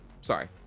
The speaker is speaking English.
Sorry